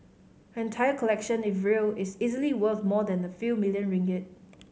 her entire collection if real is easily worth more than a few million ringgit